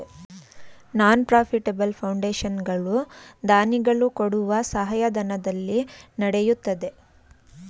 ನಾನ್ profitable foundation ಗಳು ದಾನಿಗಳು ಕೊಡುವ ಸಹಾಯಧನದಲ್ಲಿ ನಡೆಯುತ್ತದೆ